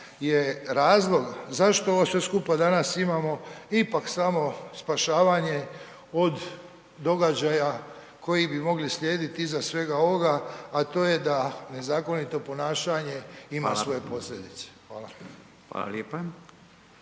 je razlog zašto ovo sve skupa danas imamo ipak samo spašavanje od događaja koji bi mogli slijediti iza svega ovoga, a to je da nezakonito ponašanje ima svoje posljedice. Hvala. **Radin,